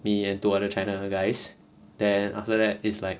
me and two other china guys then after that it's like